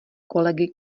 kolegy